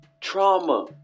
trauma